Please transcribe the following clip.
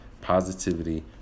positivity